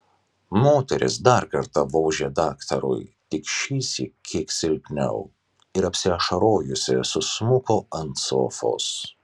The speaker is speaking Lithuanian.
moteris dar kartą vožė daktarui tik šįsyk kiek silpniau ir apsiašarojusi susmuko ant sofos